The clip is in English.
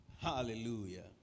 Hallelujah